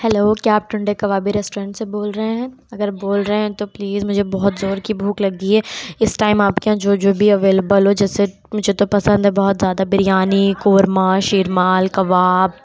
hello کیا آپ Tunday Kababi restaurant سے بول رہے ہیں اگر بول رہے ہیں تو پلیز مجھے بہت زور کی بھوک لگی ہے اس ٹائم آپ کے یہاں جو جو بھی اویلیبل ہو جیسے مجھے تو پسند ہے بہت زیادہ بریانی قورمہ شیرمال کباب